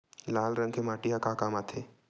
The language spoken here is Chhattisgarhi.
लाल रंग के माटी ह का काम आथे?